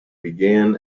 began